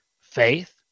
faith